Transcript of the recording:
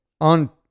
on